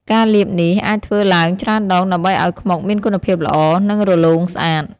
ការលាបនេះអាចធ្វើឡើងច្រើនដងដើម្បីឱ្យខ្មុកមានគុណភាពល្អ និងរលោងស្អាត។